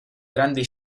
grande